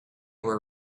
were